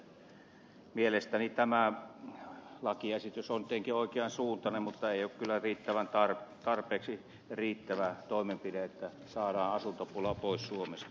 mielestäni tämä lakiesitys on oikean suuntainen mutta se ei ole kyllä tarpeeksi riittävä toimenpide että saadaan asuntopula pois suomesta